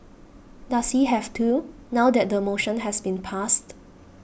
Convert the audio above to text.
does he have to now that the motion has been passed